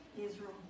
Israel